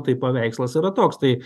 tai paveikslas yra toks tai